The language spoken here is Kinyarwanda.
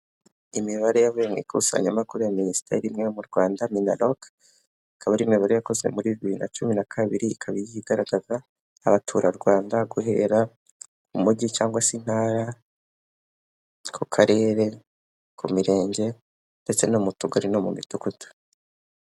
Imibare yavuye mu ikusanyamakuru ya Minisiteri imwe yo mu Rwanda MINALOC, ikaba ari imibare yakozwe muri bibiri na cumi na kabiri ikaba igiye igaragaza abaturarwanda guhera ku mujyi cyangwa se intara, ku karere ku mirenge ndetse no mu tugari no mu midugudu.